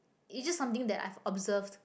is just something that I've observed